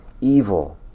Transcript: evil